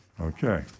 Okay